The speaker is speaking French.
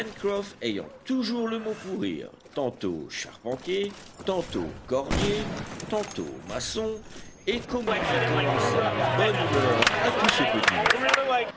ayant toujours le mot pour rire tantôt charpentier tantôt cordier tantôt maçon et communiquant sa bonne humeur à tout ce petit monde